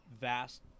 vast